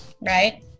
Right